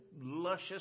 luscious